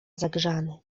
zagrzany